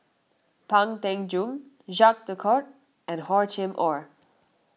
Pang Teck Joon Jacques De Coutre and Hor Chim or